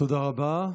תודה רבה.